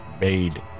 made